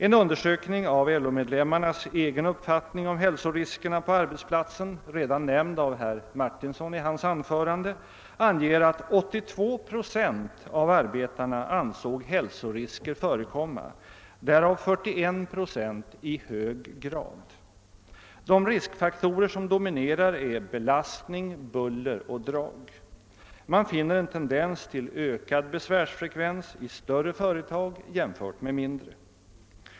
En undersökning av LO-medlemmarnas egen uppfattning om hälsoriskerna på arbetsplatsen, redan nämnd av herr Martinsson i hans anförande, anger att 82 procent av arbetarna ansåg hälsorisker förekomma, därav 41 procent i hög grad. De riskfaktorer som dominerar är belastning, buller och drag. Man finner en tendens till ökad besvärsfrekvens i större företag jämfört med mindre.